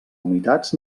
humitats